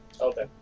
Okay